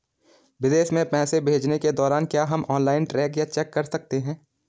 विदेश में पैसे भेजने के दौरान क्या हम ऑनलाइन ट्रैक या चेक कर सकते हैं?